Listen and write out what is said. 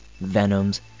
venoms